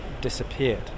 disappeared